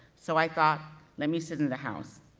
so i thought let me sit in the house.